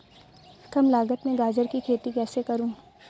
कम लागत में गाजर की खेती कैसे करूँ?